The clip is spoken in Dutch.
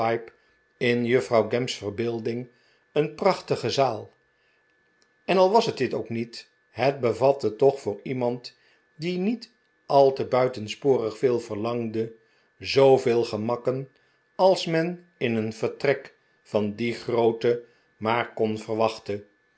in juffrouw gamp's verbeelding een prachtige zaal en al was het dit ook niet het bevatte toch voor iemand die niet al te buitensporig veel verlangde zooveel gemakken als men in een vertrek van die grootte maar kon